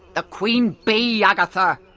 the queen bee, agatha!